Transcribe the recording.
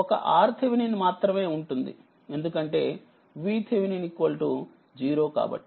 ఒక RTh మాత్రమే ఉంటుందిఎందుకంటే VTh 0 ఉంటుంది